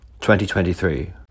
2023